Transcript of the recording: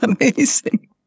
amazing